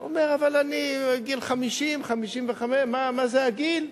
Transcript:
אומר: אבל אני בגיל 50, 55. מה זה הגיל?